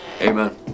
Amen